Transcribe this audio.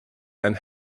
and